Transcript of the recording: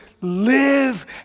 live